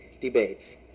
debates